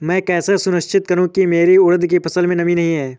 मैं कैसे सुनिश्चित करूँ की मेरी उड़द की फसल में नमी नहीं है?